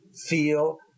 feel